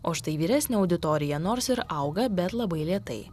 o štai vyresnė auditorija nors ir auga bet labai lėtai